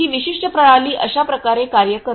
ही विशिष्ट प्रणाली अशा प्रकारे कार्य करते